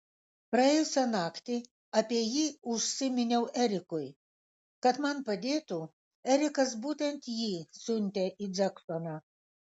praėjusią naktį apie jį užsiminiau erikui kad man padėtų erikas būtent jį siuntė į džeksoną